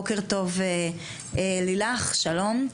בוקר טוב לילך, שלום.